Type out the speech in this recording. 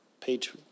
page